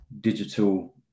digital